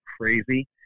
crazy